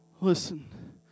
Listen